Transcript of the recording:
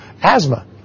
asthma